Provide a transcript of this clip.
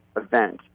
event